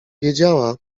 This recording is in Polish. wiedziała